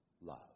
love